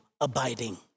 abiding